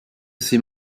ses